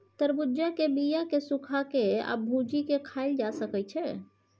तरबुज्जा के बीया केँ सुखा के आ भुजि केँ खाएल जा सकै छै